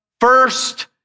first